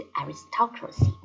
aristocracy